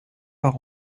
par